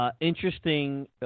Interesting